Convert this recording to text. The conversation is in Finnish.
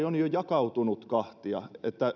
on jo jakautunut kahtia